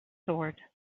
sword